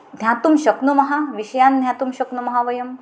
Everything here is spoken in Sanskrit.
ज्ञातुं शक्नुमः विषयान् ज्ञातुं शक्नुमः वयं